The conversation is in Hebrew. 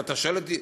אז אתה שואל אותי,